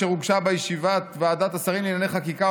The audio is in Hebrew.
אשר הוגשה בישיבת ועדת השרים לענייני חקיקה,